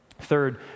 Third